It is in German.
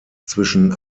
zwischen